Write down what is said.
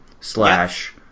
slash